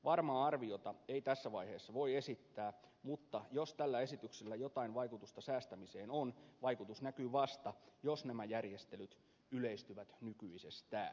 varmaa arviota ei tässä vaiheessa voi esittää mutta jos tällä esityksellä jotain vaikutusta säästämiseen on vaikutus näkyy vasta jos nämä järjestelyt yleistyvät nykyisestään